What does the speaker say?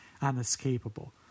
unescapable